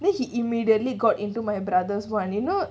then he immediately got into my brother's one you know